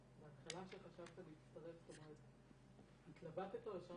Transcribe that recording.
--- בהתחלה כשחשבת להצטרף התלבטת או שישר